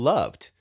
Loved